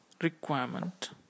requirement